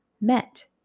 met